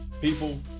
People